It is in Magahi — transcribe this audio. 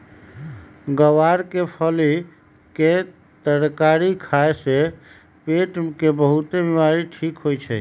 ग्वार के फली के तरकारी खाए से पेट के बहुतेक बीमारी ठीक होई छई